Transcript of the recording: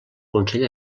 consell